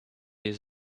his